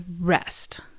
rest